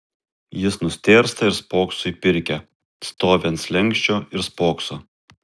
jis nustėrsta ir spokso į pirkią stovi ant slenksčio ir spokso